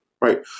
Right